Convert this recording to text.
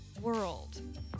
world